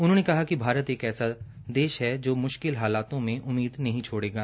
उन्होंने कहा कि भारत एक ऐसा देश नहीं जो मुश्किल हालातों में उम्मीद छोड़ देगा